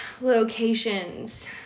locations